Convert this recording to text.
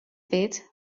wit